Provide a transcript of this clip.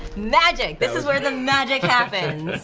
magic, this is where the magic happens!